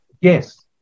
Yes